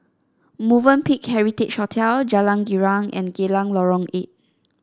Movenpick Heritage Hotel Jalan Girang and Geylang Lorong Eight